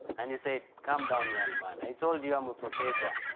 and he said, calm down, young man. i told you i'm a professor.